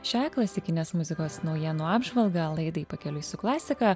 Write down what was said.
šią klasikinės muzikos naujienų apžvalgą laidai pakeliui su klasika